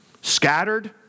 Scattered